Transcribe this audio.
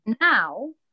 now